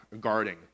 guarding